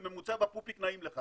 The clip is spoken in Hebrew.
בממוצע בפופיק נעים לך.